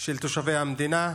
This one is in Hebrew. של תושבי המדינה.